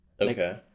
Okay